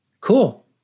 cool